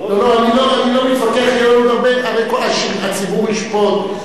הציבור, אני לא מתווכח, הציבור ישפוט.